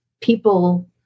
people